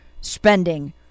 spending